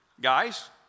Guys